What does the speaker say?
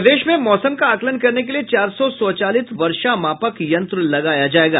प्रदेश में मौसम का आकलन करने के लिए चार सौ स्वचालित वर्षामापक यंत्र लगाया जायेगा